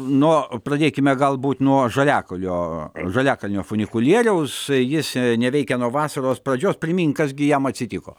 nuo o pradėkime galbūt nuo žaliakolio žaliakalnio funikulieriaus jis neveikia nuo vasaros pradžios primink kas gi jam atsitiko